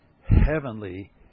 heavenly